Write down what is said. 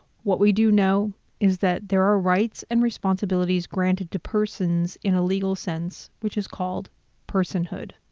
what we do know is that there are rights and responsibilities granted to persons in a legal sense, which is called personhood.